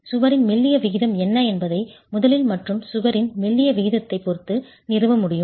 சுவரின் மெல்லிய விகிதம் என்ன என்பதை முதலில் மற்றும் சுவரின் மெல்லிய விகிதத்தைப் பொறுத்து நிறுவ முடியும்